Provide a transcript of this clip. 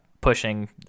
pushing